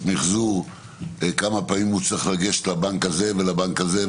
מִחזור צריך לגשת לבנק הזה ולבנק הזה,